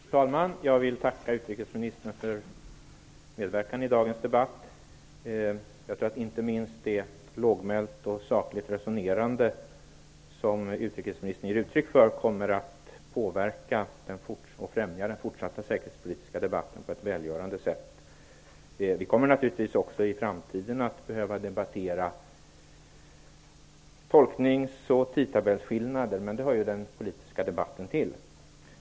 Fru talman! Jag vill tacka utrikesministern för hennes medverkan i dagens debatt. Jag tror att det lågmälda och sakliga resonemang som utrikesministern ger uttryck för kommer att påverka och främja den fortsatta säkerhetspolitiska debatten på ett välgörande sätt. Vi kommer naturligtvis också i framtiden att behöva debattera tolknings och tidtabellsskillnader. Det hör ju den politiska debatten till.